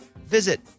visit